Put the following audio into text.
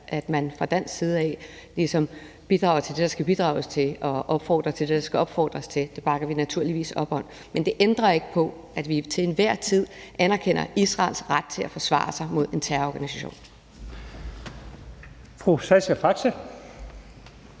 at man fra dansk side ligesom bidrager til det, der skal bidrages til, og opfordrer til det, der skal opfordres til, bakker vi naturligvis op om det. Men det ændrer ikke på, at vi til enhver tid anerkender Israels ret til at forsvare sig mod en terrororganisation. Kl. 11:59 Første